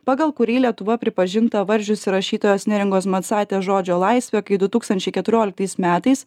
pagal kurį lietuva pripažinta varžiusi rašytojos neringos macaitės žodžio laisvę kai du tūkstančiai keturioliktais metais